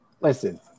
Listen